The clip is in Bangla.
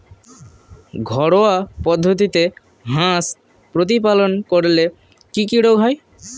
ঘরোয়া পদ্ধতিতে হাঁস প্রতিপালন করলে কি কি রোগ হয়?